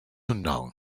unknown